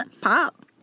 pop